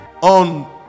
on